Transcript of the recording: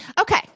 Okay